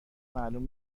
معلوم